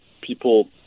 people